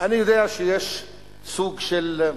אני יודע שיש סוג של,